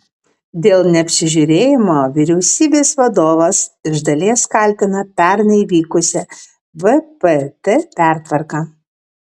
dėl neapsižiūrėjimo vyriausybės vadovas iš dalies kaltina pernai vykusią vpt pertvarką